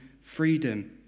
freedom